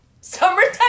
Summertime